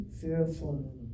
fearful